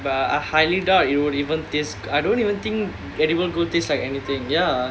I but I highly doubt it would even taste I don't even think edible gold like anything ya